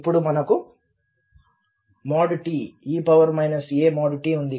ఇప్పుడు మనకు ఈ |t|e a|t| ఉంది